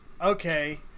okay